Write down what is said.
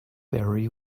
very